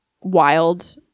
wild